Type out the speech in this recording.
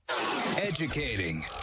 Educating